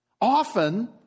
Often